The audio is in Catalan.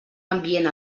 ambient